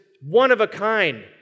one-of-a-kind